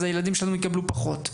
אז הילדים שלנו יקבלו פחות.